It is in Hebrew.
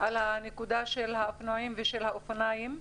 על הנקודה של האופנועים ושל האופניים,